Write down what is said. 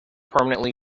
permanently